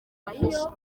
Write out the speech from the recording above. bahisha